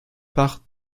part